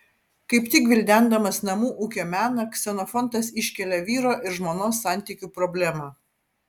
kaip tik gvildendamas namų ūkio meną ksenofontas iškelia vyro ir žmonos santykių problemą